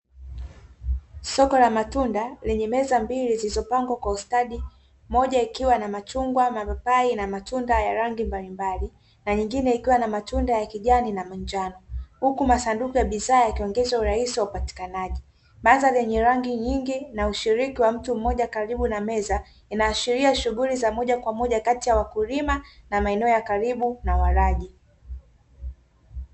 Soko la matunda lenye meza mbili zilizopangwa kwa ustadi, moja ikiwa na: machungwa, mapapai na matunda ya rangi mbalimbali, na nyingine ikiwa na matunda ya kijani na manjano; huku masanduku ya bidhaa yakiongeza urahisi wa upatikanaji. Mandhari yenye rangi nyingi na ushiriki wa mtu mmoja karibu na meza, inaashiria shughuli za moja kwa moja kati ya wakulima na maeneo ya karibu na walaji.